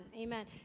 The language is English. Amen